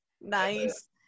nice